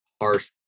harsh